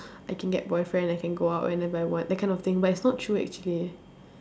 I can get boyfriend I can go out and then that kind of thing but it's not true actually